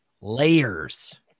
layers